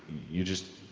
you just,